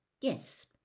Yes